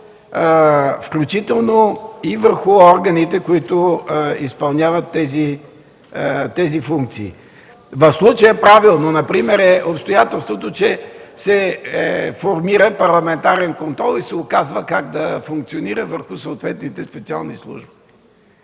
включително и върху органите, които изпълняват тези функции. В случая правилно например е обстоятелството, че се формира парламентарен контрол и се указва как да функционира върху съответните специални служби.